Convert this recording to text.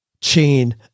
chain